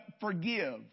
forgive